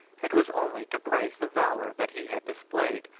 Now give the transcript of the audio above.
it was only to praise the valor that he had displayed,